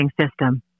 system